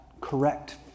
correct